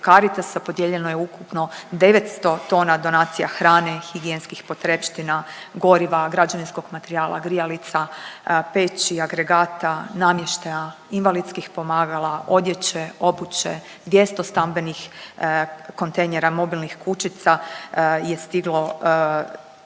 Podijeljeno je ukupno 900 tona donacija hrane i higijenskih potrepština, goriva, građevinskog materijala, grijalica, peći, agregata, namještaja, invalidskih pomagala, odjeće, obuće, 200 stambenih kontejnera mobilnih kućica je stiglo putem